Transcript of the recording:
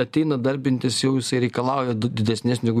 ateina darbintis jau jisai reikalauja didesnės negu